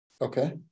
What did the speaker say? Okay